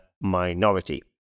minority